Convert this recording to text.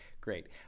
great